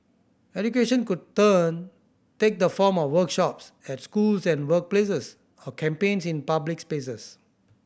education could turn take the form of workshops at schools and workplaces or campaigns in public spaces